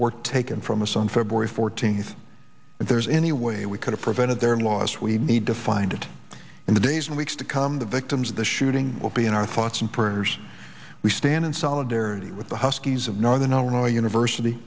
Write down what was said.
were taken from us on february fourteenth and there's any way we could have prevented their loss we need to find it in the days and weeks to come the victims of the shooting will be in our thoughts and prayers we stand in solidarity with the huskies of northern illinois university